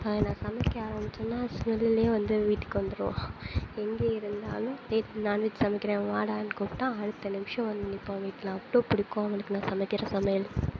அது நான் சமைக்க ஆரம்பித்தேன்னா ஸ்மெல்லே வந்து வீட்டுக்கு வந்துவிடுவான் எங்கே இருந்தாலும் தேடி நான்வெஜ் சமைக்கிறேன் வாடான்னு கூப்பிட்டா அடுத்த நிமிஷம் வந்து நிற்பான் வீட்டில் அவ்வளோ பிடிக்கும் அவனுக்கு நான் சமைக்கிற சமையல்